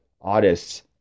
artists